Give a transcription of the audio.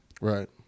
Right